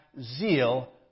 zeal